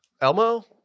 Elmo